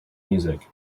music